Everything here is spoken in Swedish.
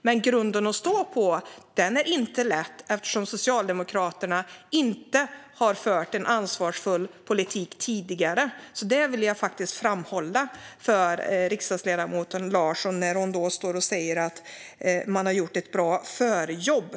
Men grunden att stå på är inte lätt eftersom Socialdemokraterna inte har fört en ansvarsfull politik tidigare. Det vill jag faktiskt framhålla för riksdagsledamoten Larsson när hon står och säger att de har gjort ett bra förarbete.